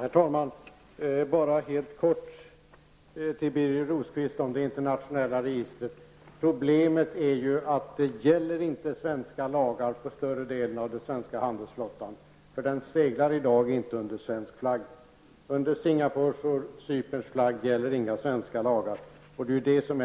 Fru talman! Jag vill säga något helt kort till Birger Problemet är att svenska lagar inte gäller för större delen av den svenska handelsflottan. Den seglar i dag inte under svensk flagg. Under Singapore och Cypernflagg gäller inga svenska lagar. Idén